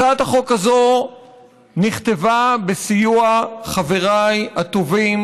הצעת החוק הזאת נכתבה בסיוע חבריי הטובים